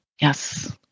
yes